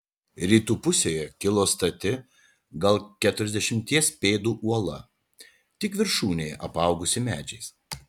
rytų pusėje kilo stati gal keturiasdešimties pėdų uola tik viršūnėje apaugusi medžiais